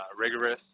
rigorous